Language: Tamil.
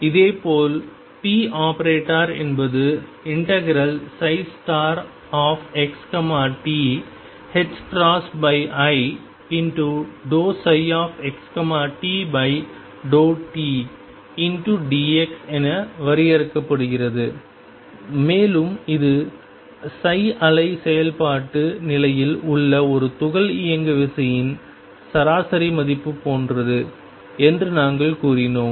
இதேபோல் ⟨p⟩ என்பது ∫xti∂ψxt∂t dx என வரையறுக்கப்படுகிறது மேலும் இது அலை செயல்பாட்டு நிலையில் உள்ள ஒரு துகள் இயங்குவிசையின் சராசரி மதிப்பு போன்றது என்று நாங்கள் கூறினோம்